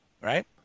right